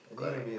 correct